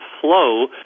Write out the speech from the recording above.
flow